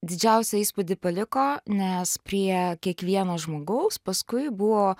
didžiausią įspūdį paliko nes prie kiekvieno žmogaus paskui buvo